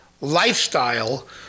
lifestyle